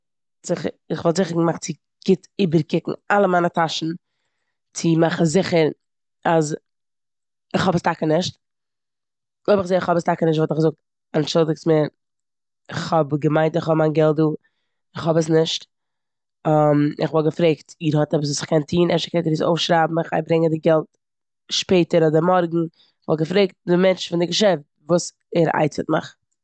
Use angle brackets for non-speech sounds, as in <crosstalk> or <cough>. <unintelligible> כ'וואלט זיכער געמאכט צו גוט איבערקוקן אלע מיינע טאשן צו מאכן זיכער אז כ'האב עס טאקע נישט. אויב כ'זע כ'האב עס טאקע נישט וואלט איך געזאגט אנטשאלדיגטס מיר, כ'האב געמיינט כ'האב מיין געלט דא, כ'האב עס נישט <hesitation> און כ'וואלט געפרעגט איר האט עפעס וואס כ'קען טון, אפשר קענט איר עס אויפשרייבן, כ'גיי ברענגען די געלט שפעטער אדער מארגן. כ'וואלט געפרעגט די מענטש פון די געשעפט וואס ער עצה'עט מיך.